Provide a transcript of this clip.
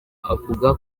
avuga